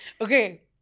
Okay